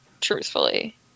Truthfully